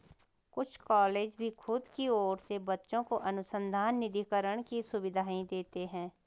कुछ कॉलेज भी खुद की ओर से बच्चों को अनुसंधान निधिकरण की सुविधाएं देते हैं